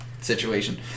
situation